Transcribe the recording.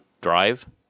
drive